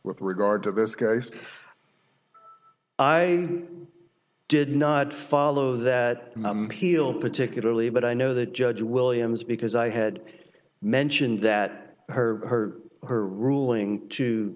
with regard to this case i did not follow that peel particularly but i know that judge williams because i had mentioned that her her her ruling to